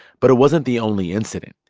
but it wasn't the only incident.